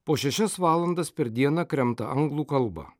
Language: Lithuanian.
po šešias valandas per dieną kremta anglų kalbą